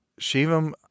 Shivam